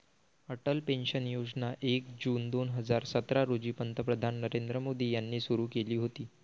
Atal pension योजना एक जून दोन हजार सतरा रोजी पंतप्रधान नरेंद्र मोदी यांनी सुरू केली होती